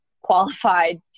qualified